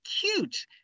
cute